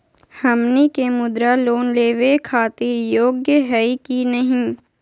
हमनी के मुद्रा लोन लेवे खातीर योग्य हई की नही?